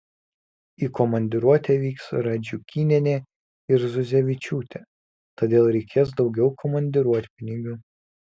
į komandiruotę vyks radžiukynienė ir zuzevičiūtė todėl reikės daugiau komandiruotpinigių